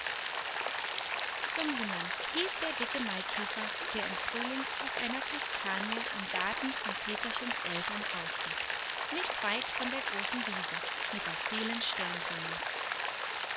hieß der dicke maikäfer der im frühling auf einer kastanie im garten von peterchens eltern hauste nicht weit von der großen wiese mit den vielen